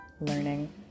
learning